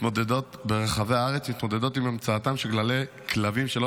מתמודדות עם הימצאותם של גללי כלבים שלא